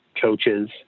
coaches